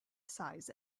size